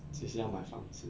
几时要买房子